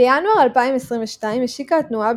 בינואר 2022 השיקה התנועה,